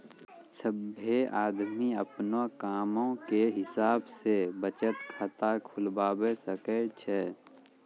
सभ्भे आदमी अपनो कामो के हिसाब से बचत खाता खुलबाबै सकै छै